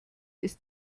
ist